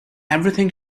everything